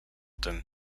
tym